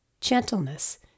Gentleness